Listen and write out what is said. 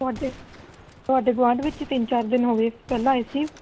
ਤੁਹਾਡੇ ਤੁਹਾਡੇ ਗੁਆਂਢ ਵਿੱਚ ਤਿੰਨ ਚਾਰ ਦਿਨ ਹੋ ਗਏ ਪਹਿਲਾਂ ਆਏ ਸੀ